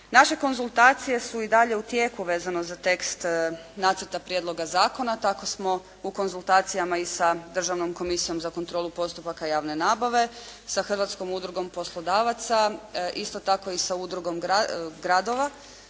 Naše konzultacije su i dalje u tijeku vezano za tekst nacrta prijedloga zakona. Tako smo u konzultacijama i sa Državnom komisijom za kontrolu postupaka javne nabave, sa Hrvatskom udrugom poslodavaca, isto tako i sa udrugom gradova.